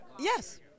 Yes